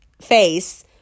face